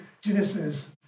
Genesis